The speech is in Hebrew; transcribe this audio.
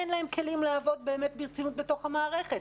אין להן כלים לעבוד באמת ברצינות בתוך המערכת.